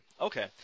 Okay